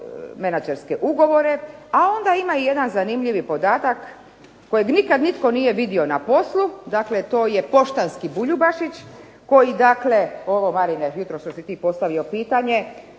menadžerske ugovore, a onda ima i jedan zanimljivi podatak kojeg nikad nitko nije vidio na poslu, dakle to je poštanski Buljubašić, koji dakle, ovo Marine jutros što si ti postavio pitanje